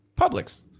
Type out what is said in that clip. Publix